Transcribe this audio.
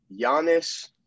Giannis –